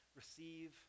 receive